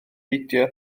beidio